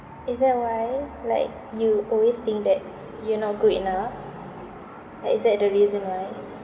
is that why like you always think that you're not good enough like is that the reason why